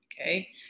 okay